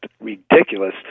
ridiculous